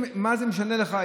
מה זה משנה לך?